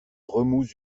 remous